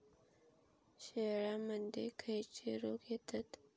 शेळ्यामध्ये खैचे रोग येतत?